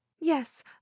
yes